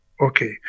Okay